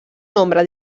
nombre